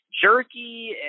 jerky